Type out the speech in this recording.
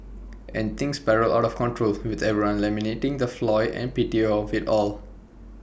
and things spiral out of control with everyone lamenting the folly and pity of IT all